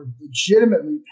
legitimately